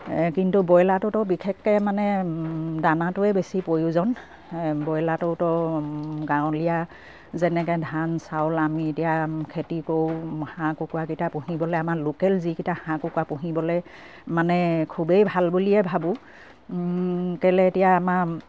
কিন্তু ব্ৰইলাৰটোতো বিশেষকে মানে দানাটোৱে বেছি প্ৰয়োজন ব্ৰইলাৰটোতো গাঁৱলীয়া যেনেকে ধান চাউল আমি এতিয়া খেতি কৰোঁ হাঁহ কুকুৰাকেইটা পুহিবলে আমাৰ লোকেল যিকেইটা হাঁহ কুকুৰা পুহিবলে মানে খুবেই ভাল বুলিয়ে ভাবোঁ কেলে এতিয়া আমাৰ